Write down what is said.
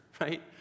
right